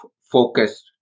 focused